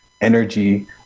energy